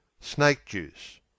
Snake-juice